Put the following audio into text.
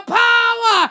power